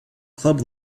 club